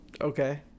Okay